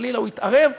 חלילה הוא יתערב,